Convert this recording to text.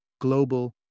global